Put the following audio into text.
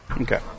Okay